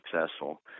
successful –